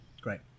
great